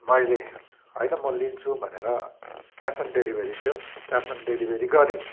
मैले होइन म लिन्छु भनेर क्यास अन डेलिभरी थियो क्यास अन डेलिभरी गरेँ